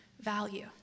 value